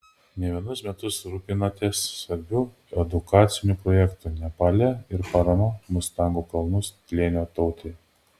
ne vienus metus rūpinatės svarbiu edukaciniu projektu nepale ir parama mustango kalnų slėnio tautai